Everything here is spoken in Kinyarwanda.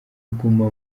kuguma